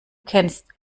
kennst